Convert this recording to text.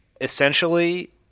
essentially